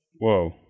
Whoa